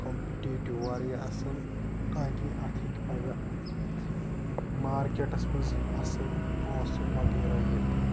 competitive واریاہ اصل تاکہِ اَتھ ہیٚکہ پَگاہ مارکیٚٹَس منٛز اصِل پونٛسہِ وَغیرہ یِتھ